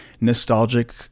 nostalgic